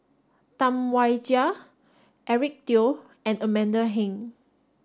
Tam Wai Jia Eric Teo and Amanda Heng